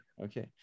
Okay